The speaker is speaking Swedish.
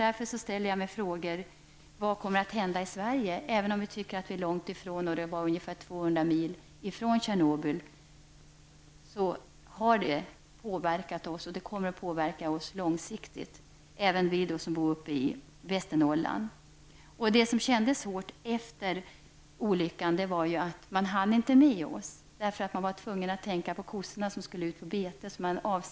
Därför frågar jag mig vad som kommer att hända i Sverige, även om man kan tycka att vi bor långt ifrån Tjernobyl, omkring 200 mil. Det har emellertid påverkat oss, och det kommer också att långsiktigt påverka oss som bor uppe i Västernorrland. Det som kändes svårt efter olyckan var detta att man inte hann med oss. Man var tvungen att tänka på korna som skulle ut på bete.